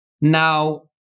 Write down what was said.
Now